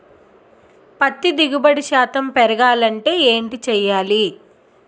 పత్తి దిగుబడి శాతం పెరగాలంటే ఏంటి చేయాలి?